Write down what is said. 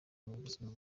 mubuzima